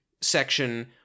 section